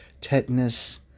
tetanus